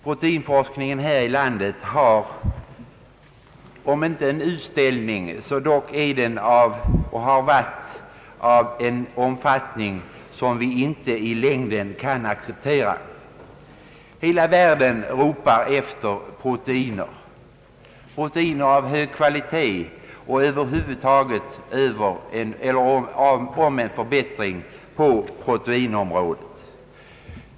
Proteinforskningen här i landet har om inte en u-ställning så dock en omfattning som vi i längden inte kan acceptera. Hela världen ropar på proteiner, proteiner av hög kvalitet och över huvud taget en förbättring på proteinområdet.